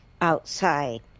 outside